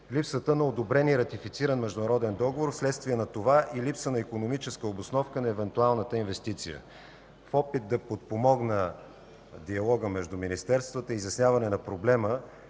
липсата на одобрен и ратифициран международен договор, вследствие на това и липса на икономическа обосновка на евентуалната инвестиция. В опит да подпомогна диалога между министерствата и изясняване на проблема,